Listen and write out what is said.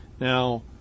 Now